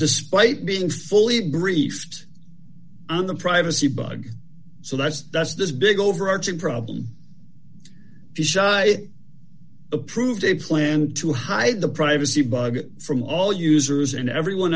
despite being fully briefed on the privacy bug so that's that's this big overarching problem is shah it approved a plan to hide the privacy bug from all users and everyone